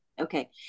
Okay